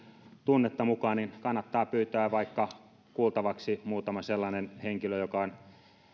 tunnetta mukaan kannattaa pyytää kuultavaksi vaikka muutama sellainen henkilö joka on